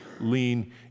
lean